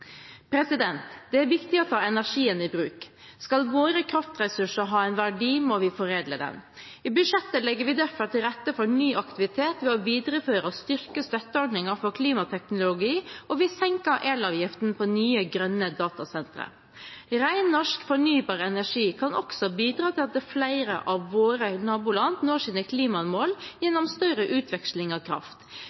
Det er viktig å få energien i bruk. Skal våre kraftressurser ha en verdi, må vi foredle dem. I budsjettet legger vi derfor til rette for ny aktivitet ved å videreføre og styrke støtteordningen for klimateknologi, og vi senker elavgiften på nye grønne datasentre. Ren norsk fornybar energi kan også bidra til at flere av våre naboland når sine klimamål gjennom større utveksling av kraft.